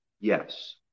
Yes